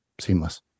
seamless